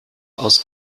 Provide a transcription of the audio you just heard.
aus